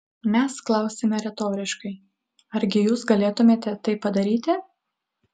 mes klausiame retoriškai argi jus galėtumėte tai padaryti